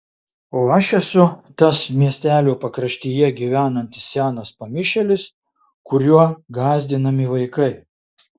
o aš esu tas miestelio pakraštyje gyvenantis senas pamišėlis kuriuo gąsdinami vaikai